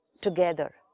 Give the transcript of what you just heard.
together